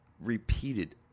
repeated